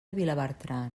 vilabertran